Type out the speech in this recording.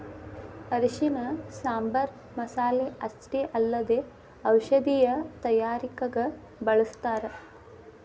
ಅರಿಶಿಣನ ಸಾಂಬಾರ್ ಮಸಾಲೆ ಅಷ್ಟೇ ಅಲ್ಲದೆ ಔಷಧೇಯ ತಯಾರಿಕಗ ಬಳಸ್ಥಾರ